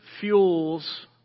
fuels